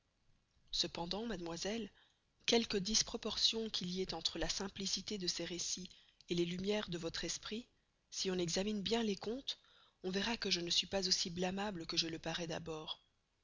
cependant mademoiselle quelque disproportion qu'il y ait entre la simplicité de ces recits les lumieres de votre esprit si on examine bien ces contes on verra que je ne suis pas aussi blamable que je le parois d'abord